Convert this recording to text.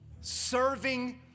serving